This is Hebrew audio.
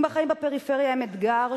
אם החיים בפריפריה הם אתגר,